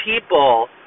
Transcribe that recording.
people